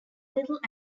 little